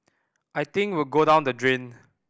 I think we'd go down the drain